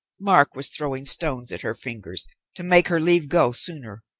mark was throwing stones at her fingers to make her leave go sooner.